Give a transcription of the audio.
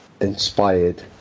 inspired